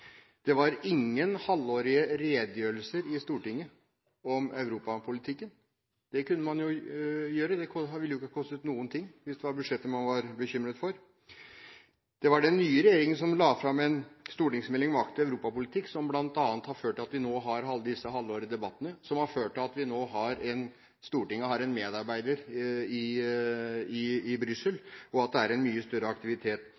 Det var ingen halvårlige redegjørelser i Stortinget om europapolitikken. Det kunne man gjort. Det ville ikke kostet noen ting, hvis det var budsjettet man var bekymret for. Det var den nye regjeringen som la fram en stortingsmelding om aktiv europapolitikk, som bl.a. har ført til at vi nå har disse halvårlige debattene, som har ført til at Stortinget har en medarbeider i Brussel, og at det er en mye større aktivitet.